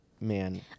man